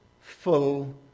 full